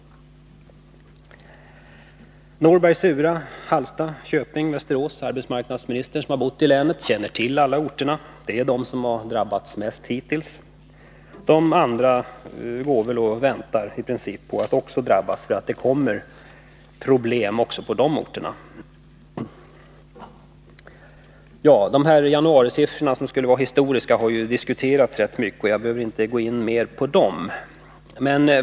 Köping, Västerås, Norberg, Surahammar, Hallstahammar — arbetsmarknadsministern som har bott i länet känner till alla orterna. Det är de som har drabbats mest hittills. På de andra orterna går man väl i princip och väntar på att också bli drabbad, för det kommer att uppstå problem även på de orterna. Januarisiffrorna, som skulle vara ”historiska”, har ju diskuterats rätt mycket, och jag behöver inte gå in mer på dem.